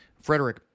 Frederick